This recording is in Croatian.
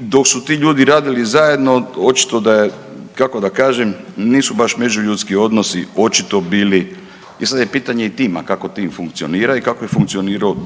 dok su ti ljudi radili zajedno očito da je, kako da kažem, nisu baš međuljudski odnosi očito bili, e sad je i pitanje tima kako tim funkcionira i kako je funkcionirao